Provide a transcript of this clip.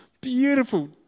beautiful